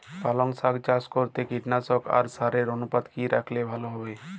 পালং শাক চাষ করতে কীটনাশক আর সারের অনুপাত কি রাখলে ভালো হবে?